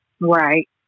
Right